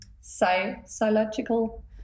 psychological